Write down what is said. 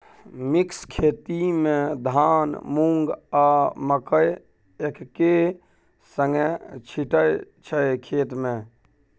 mix खेती मे धान, मुँग, आ मकय एक्के संगे छीटय छै खेत मे